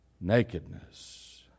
nakedness